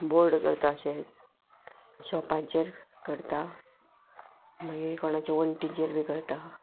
board करता अशेंच शोपांचेर करता मागीर कोणाचे वंटीचेर बी करता